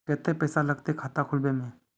केते पैसा लगते खाता खुलबे में?